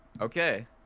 okay